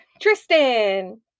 Tristan